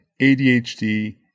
ADHD